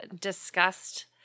discussed